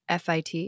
FIT